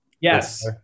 Yes